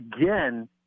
again